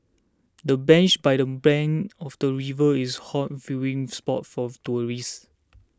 the bench by the blank of the river is a hot viewing spot for tourists